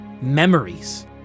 memories